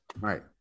right